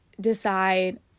decide